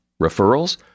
Referrals